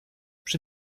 przy